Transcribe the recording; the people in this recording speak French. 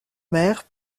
mères